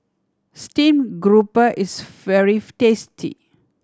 steamed grouper is very tasty